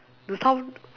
the sound